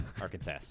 Arkansas